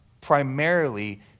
primarily